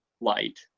light